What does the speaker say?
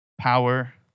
power